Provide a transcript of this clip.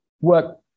work